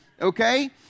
okay